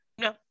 No